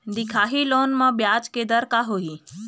दिखाही लोन म ब्याज के दर का होही?